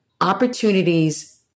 opportunities